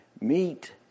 meet